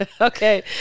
Okay